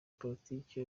politiki